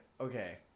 Okay